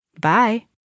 Bye